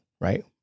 right